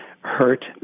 hurt